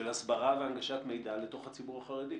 הסברה והנגשת המידע לתוך הציבור החרדי?